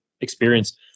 experience